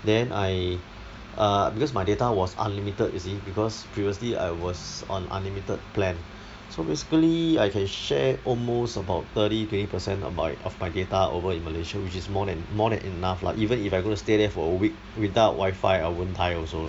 then I err because my data was unlimited you see because previously I was on unlimited plan so basically I can share almost about thirty twenty percent of my of my data over in malaysia which is more than more than enough lah even if I'm going to stay there for a week without wi-fi I won't die also lah